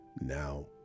Now